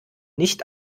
nicht